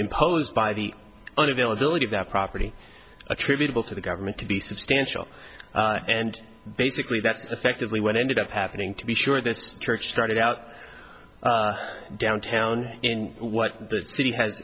imposed by the on availability of that property attributable to the government to be substantial and basically that's effectively what ended up happening to be sure this church started out downtown and what the city has